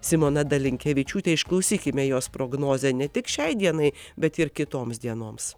simona dalinkevičiūtė išklausykime jos prognozę ne tik šiai dienai bet ir kitoms dienoms